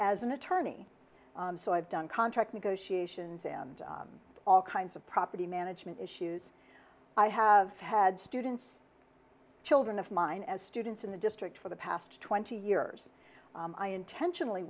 as an attorney so i've done contract negotiations and all kinds of property management issues i have had students children of mine as students in the district for the past twenty years i intentionally